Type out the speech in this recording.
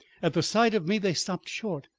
at the sight of me they stopped short,